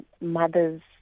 mothers